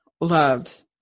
loved